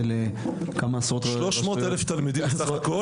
שלוש מאות אלף תלמידים סך הכל